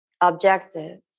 objective